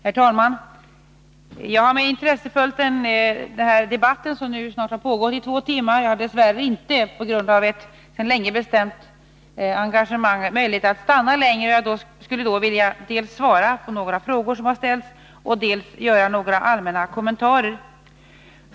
Herr talman! Jag har med intresse följt den här debatten, som nu pågått i snart två timmar. Jag har dess värre inte — på grund av ett sedan länge bestämt engagemang — möjlighet att stanna längre. Jag skulle därför nu vilja dels svara på några frågor som har ställts, dels göra några allmänna kommentarer.